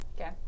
Okay